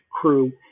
crew